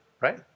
Right